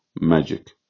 magic